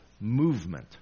movement